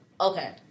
Okay